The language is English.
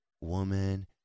woman